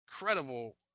incredible